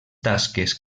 tasques